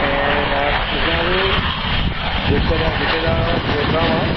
ऐं मां पुछां पोइ जेको तव्हां जिथे तव्हांजो प्रोग्राम आहे